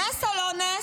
נס או לא נס?